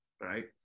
right